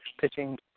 pitching